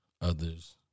others